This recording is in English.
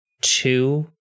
Two